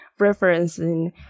referencing